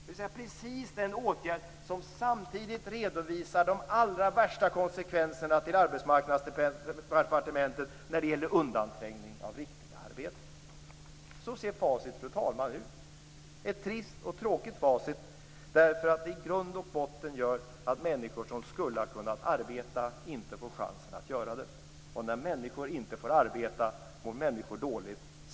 Det är precis den åtgärd som samtidigt till Arbetsmarknadsdepartementet redovisas få de allra värsta konsekvenserna vad gäller undanträngning av riktiga arbeten. Så ser facit ut, fru talman. Det är ett trist och tråkigt facit, därför att det i grund och botten innebär att människor som skulle ha kunnat arbeta inte får chansen att göra det. Och när människor inte får arbeta mår de dåligt.